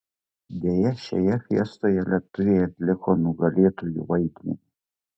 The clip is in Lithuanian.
deja šioje fiestoje lietuviai atliko nugalėtųjų vaidmenį